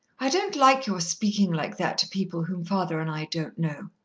i don't like your speakin' like that to people whom father and i don't know.